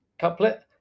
couplet